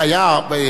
ודאי,